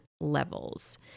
levels